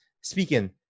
speaking